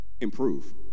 Improve